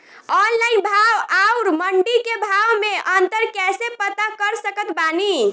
Online भाव आउर मंडी के भाव मे अंतर कैसे पता कर सकत बानी?